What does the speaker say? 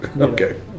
Okay